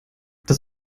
das